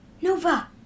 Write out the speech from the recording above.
Nova